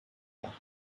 danach